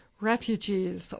refugees